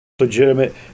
legitimate